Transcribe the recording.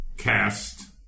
cast